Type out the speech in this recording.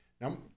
Now